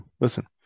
Listen